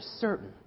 certain